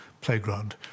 playground